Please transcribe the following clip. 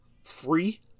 free